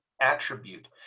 attribute